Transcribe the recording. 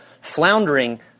floundering